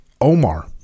Omar